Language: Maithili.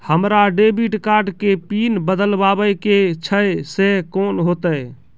हमरा डेबिट कार्ड के पिन बदलबावै के छैं से कौन होतै?